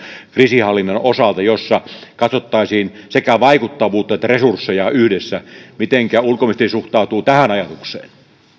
kriisinhallinnan osalta tavoitelinjaus jossa katsottaisiin sekä vaikuttavuutta että resursseja yhdessä mitenkä ulkoministeri suhtautuu tähän ajatukseen